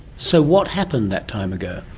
so what happened that time ago?